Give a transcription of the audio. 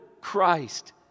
Christ